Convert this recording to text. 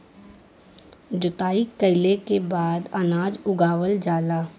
जोताई कइले के बाद अनाज उगावल जाला